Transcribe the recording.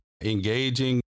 engaging